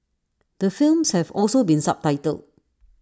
the films have also been subtitled